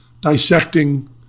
dissecting